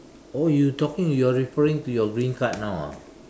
oh you talking you are referring to your green card now ah